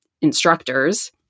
instructors